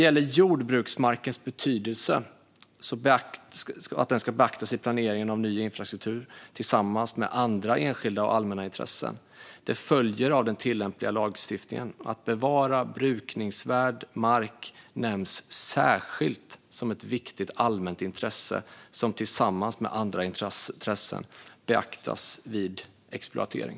Att jordbruksmarkens betydelse ska beaktas i planeringen av ny infrastruktur tillsammans med andra enskilda och allmänna intressen följer av den tillämpliga lagstiftningen. Att bevara brukningsvärd mark nämns särskilt som ett viktig allmänt intresse som tillsammans med andra intressen beaktas vid exploatering.